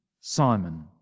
Simon